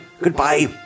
Goodbye